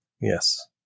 Yes